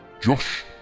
Josh